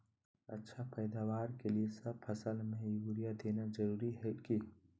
अच्छा पैदावार के लिए सब फसल में यूरिया देना जरुरी है की?